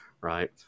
Right